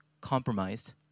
compromised